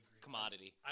commodity